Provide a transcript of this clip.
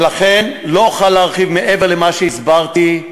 ולכן לא אוכל להרחיב מעבר למה שהסברתי.